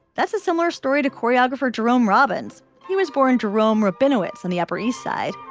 that's a similar story to choreographer jerome robbins he was born jerome rabinowitz on the upper east side.